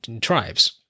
tribes